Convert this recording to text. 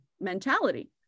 mentality